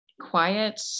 quiet